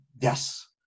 Yes